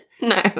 No